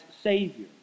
Savior